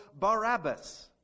Barabbas